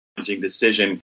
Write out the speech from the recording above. decision